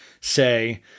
say